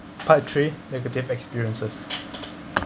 part three negative experiences